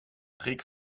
trick